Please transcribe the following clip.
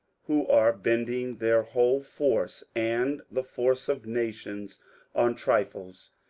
who are bending their whole force and the force of nations on trifles,